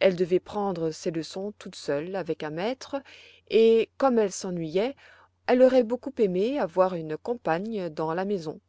elle devait prendre ses leçons toute seule avec un maître et comme elle s'ennuyait elle aurait beaucoup aimé avoir une compagne dans la maison